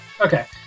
Okay